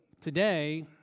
today